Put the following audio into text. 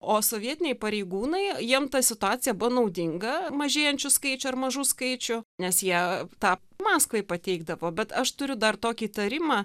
o sovietiniai pareigūnai jiem ta situacija buvo naudinga mažėjančių skaičių ar mažų skaičių nes jie tą maskvai pateikdavo bet aš turiu dar tokį įtarimą